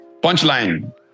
Punchline